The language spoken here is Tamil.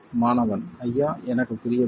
மாணவன் ஐயா எனக்கு புரியவில்லை